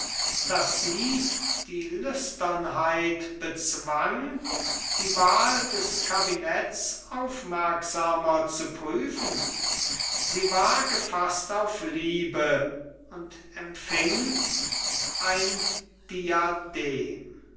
daß sie die lüsternheit bezwang die wahl des kabinetts aufmerksamer zu prüfen sie war gefaßt auf liebe und empfing ein diadem